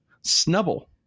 Snubble